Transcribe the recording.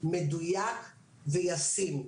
מדויק וישים.